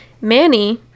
Manny